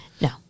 No